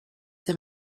him